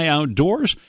Outdoors